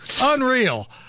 Unreal